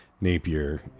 Napier